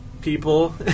people